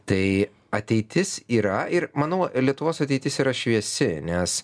tai ateitis yra ir manau lietuvos ateitis yra šviesi nes